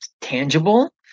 tangible